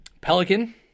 Pelican